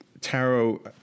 Tarot